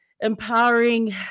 empowering